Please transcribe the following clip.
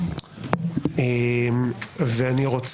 אולי אתה